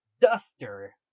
duster